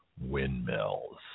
windmills